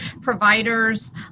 providers